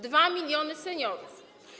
2 mln seniorów.